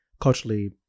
culturally